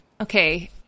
Okay